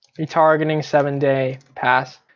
retargeting seven day pass.